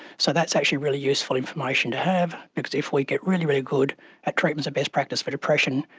so that's actually really useful information to have because if we get really, really good at treatments of best practice for depression,